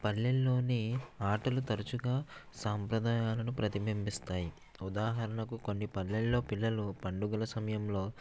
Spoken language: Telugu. పల్లెల్లోని ఆటలు తరచుగా సాంప్రదాయాలను ప్రతిభంబిస్తాయి ఉదాహరణకు కొన్ని పల్లెల్లో పిల్లలు పండుగల సమయంలో